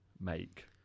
make